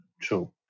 True